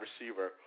receiver